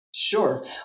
Sure